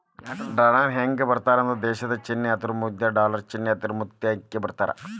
ಡಾಲರ್ನ ಹೆಂಗ ಬರೇತಾರಂದ್ರ ದೇಶದ್ ಚಿನ್ನೆ ಅದರಮುಂದ ಡಾಲರ್ ಚಿನ್ನೆ ಅದರಮುಂದ ಅಂಕಿ ಬರೇತಾರ